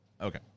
okay